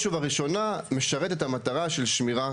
ובראשונה היא משרתת את המטרה של שמירה